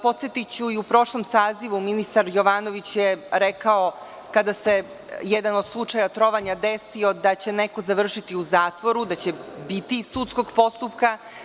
Podsetiću, i u prošlom sazivu ministar Jovanović je rekao kada se jedan od slučaja trovanja desio da će neko završiti u zatvoru, da će biti sudskog postupka.